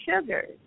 sugars